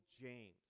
James